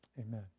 amen